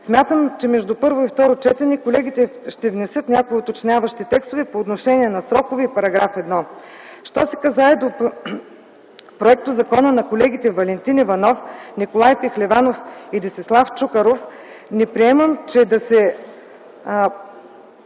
Смятам, че между първо и второ четене колегите ще внесат някои уточняващи текстове по отношение на срокове и § 1. Що се отнася до законопроекта на колегите Валентин Иванов, Николай Пехливанов и Десислав Чуколов, не приемам да се